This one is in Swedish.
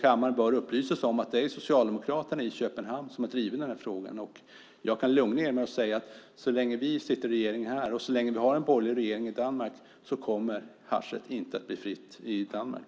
Kammaren bör upplysas om att det är socialdemokraterna i Köpenhamn som driver denna fråga, men jag kan lugna er med att så länge vi sitter i regeringen och så länge vi har en borgerlig regering i Danmark kommer haschet inte att bli fritt i Danmark.